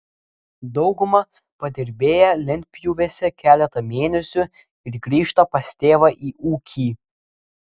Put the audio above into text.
dauguma padirbėja lentpjūvėse keletą mėnesių ir grįžta pas tėvą į ūkį